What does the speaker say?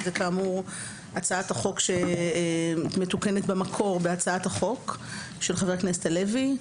שזה כאמור הצעת החוק שמתוקנת במקור בהצעת החוק של חבר הכנסת הלוי.